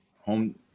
home